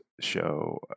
show